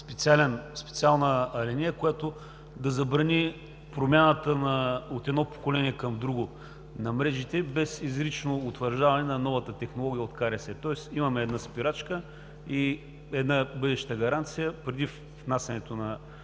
специална алинея, която да забрани промяната на мрежите от едно поколение към друго без изрично утвърждаване на новата технология от КРС. Тоест имаме една спирачка и една бъдеща гаранция преди внасянето на